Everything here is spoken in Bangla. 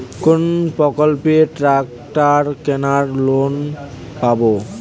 কোন প্রকল্পে ট্রাকটার কেনার লোন পাব?